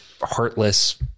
heartless